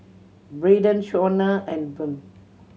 Braydon Shawnna and Wm